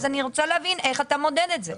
אז אני רוצה להבין איך אתה מודד את זה?